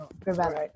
prevalent